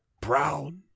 brown